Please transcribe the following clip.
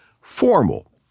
formal